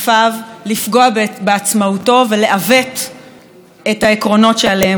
לפגוע בעצמאותו ולעוות את העקרונות שעליהם הוא נוסד.